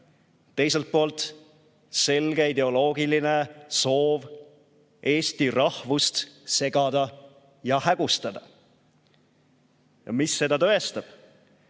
teiselt poolt selge ideoloogiline soov eesti rahvust segada ja hägustada. Mis seda tõestab?